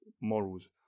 morals